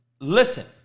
listen